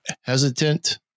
hesitant